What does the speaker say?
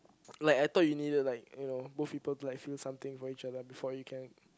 like I thought you needed like you know both people to like feel something for each other before you can